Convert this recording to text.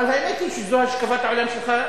אבל האמת היא שזאת השקפת העולם שלך,